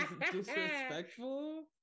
disrespectful